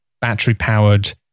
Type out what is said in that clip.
battery-powered